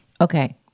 Okay